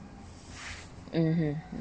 mmhmm